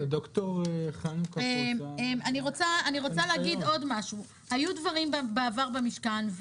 היו דברים בעבר במשכן,